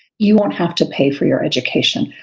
you won't have to pay for your education.